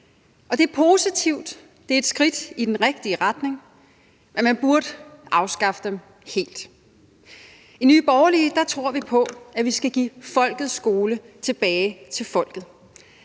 det er positivt. Det er et skridt i den rigtige retning, men man burde afskaffe dem helt. I Nye Borgerlige tror vi på, at vi skal give folkets skole tilbage til folket.